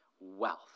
wealth